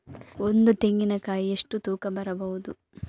ಒಂದು ತೆಂಗಿನ ಕಾಯಿ ಎಷ್ಟು ತೂಕ ಬರಬಹುದು?